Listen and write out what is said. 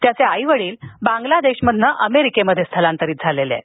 त्याचे आई वडिल बांगलादेशमधून अमेरिकेत स्थलांतरित झाले आहेत